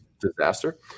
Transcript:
disaster